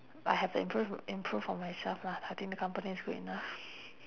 I have to improve improve on myself lah I think the company is good enough